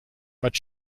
but